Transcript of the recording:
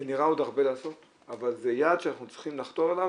זה נראה עוד הרבה לעשות אבל זה יעד שאנחנו צריכים לחתור אליו.